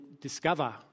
discover